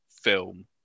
film